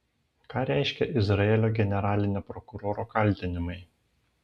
ką reiškia izraelio generalinio prokuroro kaltinimai